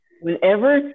whenever